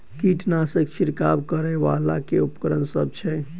कीटनासक छिरकाब करै वला केँ उपकरण सब छै?